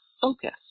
focus